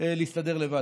להסתדר לבד.